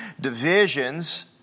divisions